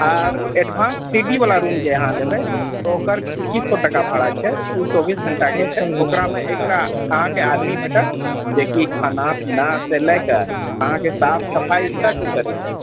आर advance C D वला room जे अहाँ लेबै तऽ ओकर इक्कीस सौ टका भाड़ा छै ई चौबीस घण्टा के छै ओकरामे एकटा अहाँके आदमी भेटत जे कि खाना पीना से लेए कऽ अहाँके साफ सफाइ तक ऊ करै छै